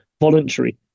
voluntary